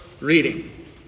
reading